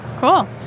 Cool